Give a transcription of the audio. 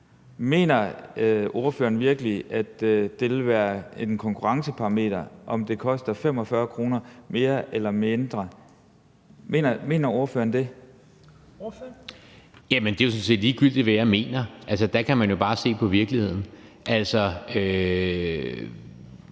Mener ordføreren virkelig, at det vil være et konkurrenceparameter, om den koster 45 kr. mere eller mindre? Mener ordføreren det? Kl. 15:17 Tredje næstformand (Trine Torp): Ordføreren.